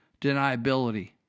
deniability